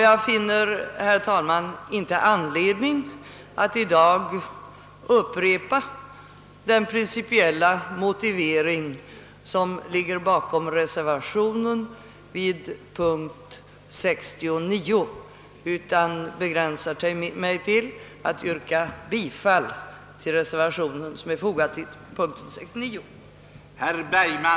Jag finner därför inte, herr talman, anledning att i dag upprepa de principiella skäl som ligger bakom den reservation, som fogats till punkt 69, utan begränsar mig till att yrka bifall till reservationen.